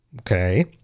Okay